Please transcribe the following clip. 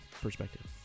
perspective